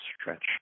stretch